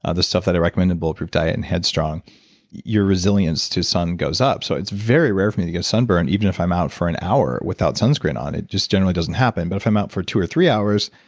ah the stuff that i recommend in bulletproof diet and head strong your resilience to sun goes up. so it's very rare for me to get sunburn even if i'm out for an hour without sunscreen on, it just generally doesn't happen. but if i'm out for two or three hours,